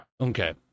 Okay